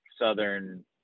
southern